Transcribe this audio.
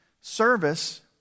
service